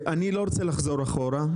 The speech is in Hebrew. אני לא רוצה לחזור אחורה,